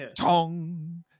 tong